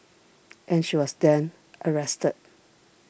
and she was then arrested